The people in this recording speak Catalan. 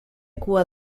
cua